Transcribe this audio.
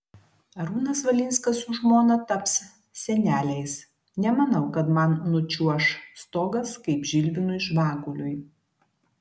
arūnas valinskas su žmona taps seneliais nemanau kad man nučiuoš stogas kaip žilvinui žvaguliui